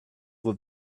with